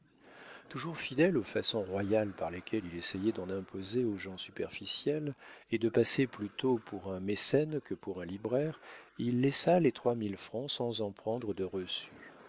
toujours fidèle aux façons royales par lesquelles il essayait d'en imposer aux gens superficiels et de passer plutôt pour un mécène que pour un libraire il laissa les trois mille francs sans en prendre de reçu